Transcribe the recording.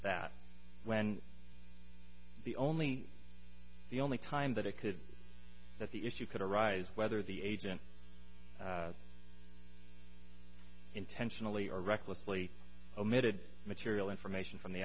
that when the only the only time that it could be that the issue could arise whether the agent intentionally or recklessly omitted material information from the